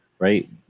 right